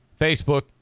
Facebook